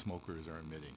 smokers are emitting